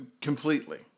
completely